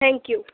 thank you